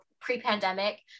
pre-pandemic